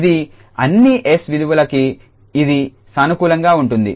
ఇది అన్ని 𝑠 విలువలకి ఇది సానుకూలంగా ఉంటుంది